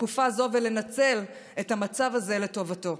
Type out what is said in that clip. בתקופה זו ולנצל את המצב הזה לטובתו.